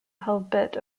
pulpit